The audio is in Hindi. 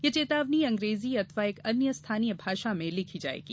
यह चेतावनी अंग्रेजी अथवा एक अन्य स्थानीय भाषा में लिखी जायेगी